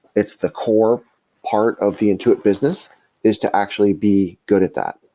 it's the core part of the intuit business is to actually be good at that.